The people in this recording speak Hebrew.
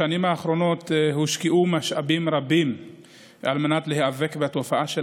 בשנים האחרונות הושקעו משאבים רבים על מנת להיאבק בתופעה של